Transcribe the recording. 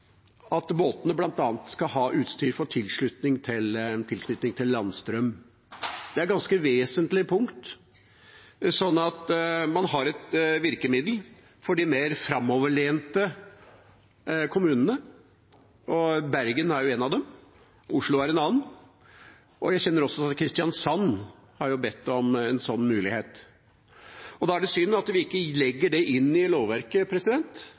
at båtene bl.a. skal ha utstyr for tilknytning til landstrøm. Det er et ganske vesentlig punkt at man har et virkemiddel for de mer framoverlente kommunene – Bergen er en av dem, Oslo er en annen, og Kristiansand har også bedt om en sånn mulighet. Da er det synd at vi ikke legger det inn i lovverket,